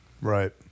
Right